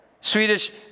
Swedish